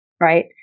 right